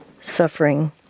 suffering